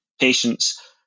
patients